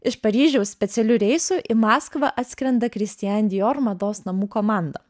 iš paryžiaus specialiu reisu į maskvą atskrenda kristian dior mados namų komanda